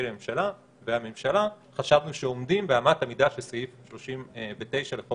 לממשלה והממשלה חשבנו שהם עומדים באמת המידה של סעיף 39 לחוק-היסוד.